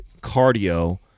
cardio